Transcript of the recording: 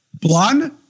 Blonde